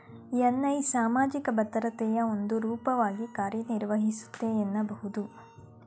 NI ಸಾಮಾಜಿಕ ಭದ್ರತೆಯ ಒಂದು ರೂಪವಾಗಿ ಕಾರ್ಯನಿರ್ವಹಿಸುತ್ತೆ ಎನ್ನಬಹುದು